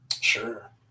Sure